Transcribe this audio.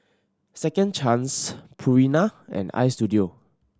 Second Chance Purina and Istudio